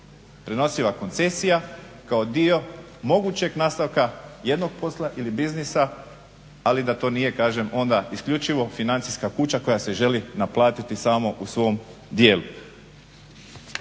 prenosiva koncesija kao dio mogućeg nastavka jednog posla ili biznisa, ali da to nije onda isključivo financijska kuća koja se želi naplatiti samo u svom dijelu.